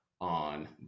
on